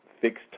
fixed